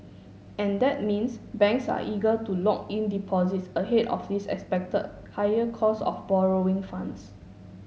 and that means banks are eager to lock in deposits ahead of this expected higher cost of borrowing funds